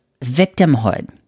victimhood